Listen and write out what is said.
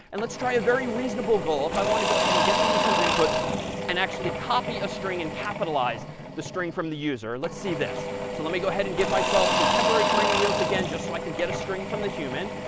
and let's try a very reasonable goal. if i want to go ahead and get the user's input and actually copy a string and capitalize the string from the user, let's see this. so let me go ahead and give myself the temporary training wheels again, just so i can get a string from the human.